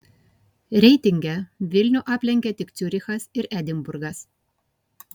reitinge vilnių aplenkė tik ciurichas ir edinburgas